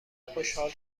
خوشحال